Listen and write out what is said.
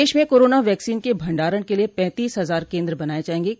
प्रदेश में corona vaccine के भंडारण के लिये पैंतीस हजार केन्द्र बनाये जायेंगे